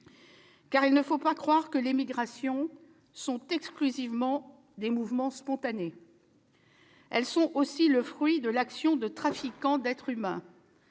Il ne faut pas croire en effet que les migrations sont exclusivement des mouvements spontanés. Elles sont aussi le fruit de l'action de trafiquants d'êtres humains,